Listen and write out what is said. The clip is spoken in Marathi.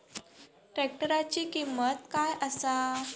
ट्रॅक्टराची किंमत काय आसा?